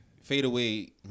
fadeaway